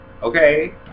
Okay